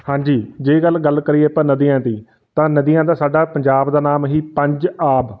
ਹਾਂਜੀ ਜੇ ਗੱਲ ਗੱਲ ਕਰੀਏ ਤਾਂ ਨਦੀਆਂ ਦੀ ਤਾਂ ਨਦੀਆਂ ਦਾ ਸਾਡਾ ਪੰਜਾਬ ਦਾ ਨਾਮ ਹੀ ਪੰਜ ਆਬ